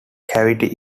cavity